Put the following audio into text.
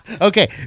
Okay